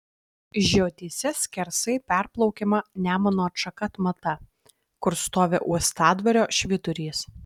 žiotyse skersai perplaukiama nemuno atšaka atmata kur stovi uostadvario švyturys